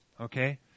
Okay